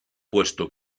puesto